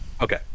Okay